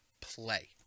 play